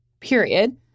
period